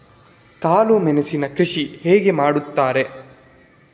ಕಾಳು ಮೆಣಸಿನ ಕೃಷಿ ಹೇಗೆ ಮಾಡುತ್ತಾರೆ?